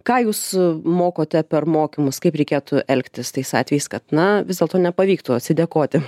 ką jūs mokote per mokymus kaip reikėtų elgtis tais atvejais kad na vis dėlto nepavyktų atsidėkoti